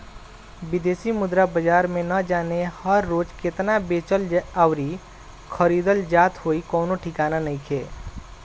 बिदेशी मुद्रा बाजार में ना जाने हर रोज़ केतना बेचल अउरी खरीदल जात होइ कवनो ठिकाना नइखे